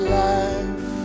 life